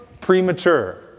Premature